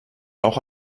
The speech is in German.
auch